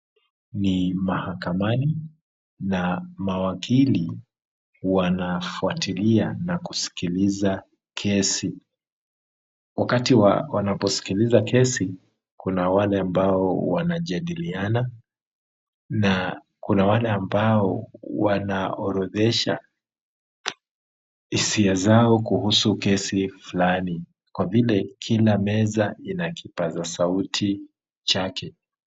Ni mahakamani, na mawakili wanafuatilia na kusikiliza kesi. Wakati wanaposikiliza kesi, kuna wale ambao wanajadiliana na kuna wale ambao wanaorodhesha hisia zao kuhusu kesi fulani kwa vile kila meza ina kipaza sauti chake.